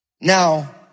Now